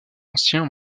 ancien